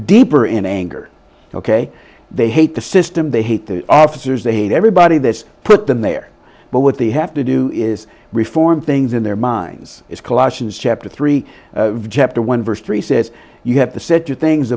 deeper in anger ok they hate the system they hate the officers they hate everybody that put them there but what they have to do is reform things in their minds it's cautions chapter three chapter one verse three says you have to set your things